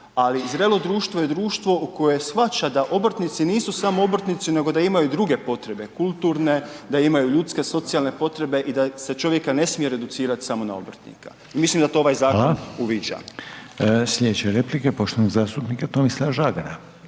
ali zrelo društvo je društvo koje shvaća da obrtnici nisu samo obrtnici nego da imaju i druge potrebe, kulturne, da imaju ljudske socijalne potrebe i da se čovjeka ne smije reducirati samo na obrtnika, mislim da to ovaj zakon …/Upadica: Hvala/…uviđa.